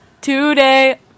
today